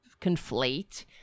conflate